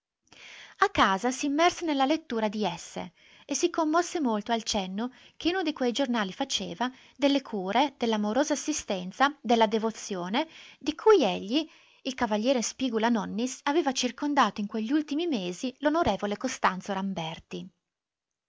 a casa s'immerse nella lettura di esse e si commosse molto al cenno che uno di quei giornali faceva delle cure dell'amorosa assistenza della devozione di cui egli il cav spigula-nonnis aveva circondato in quegli ultimi mesi l'on costanzo ramberti